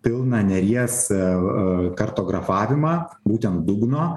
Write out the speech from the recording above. pilną neries e kartografavimą būtent dugno